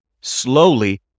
slowly